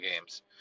games